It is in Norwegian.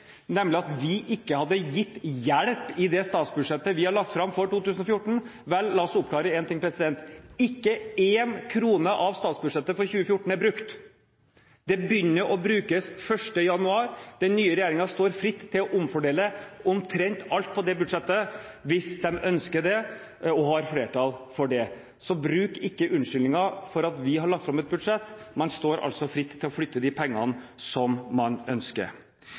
nemlig at vi ikke har gitt hjelp i det statsbudsjettet vi la fram for 2014 – la oss oppklare én ting: Ikke én krone av statsbudsjettet for 2014 er brukt, det begynner man å bruke 1. januar. Den nye regjeringen står fritt til å omfordele omtrent alt på det budsjettet hvis de ønsker det – og har flertall for det. Så bruk ikke som unnskyldning at vi har lagt fram et budsjett – man står fritt til å flytte disse pengene slik man ønsker.